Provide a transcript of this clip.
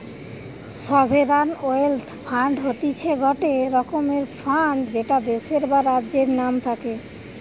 sovereign wealth fund হতিছে গটে রকমের ফান্ড যেটা দেশের বা রাজ্যের নাম থাকে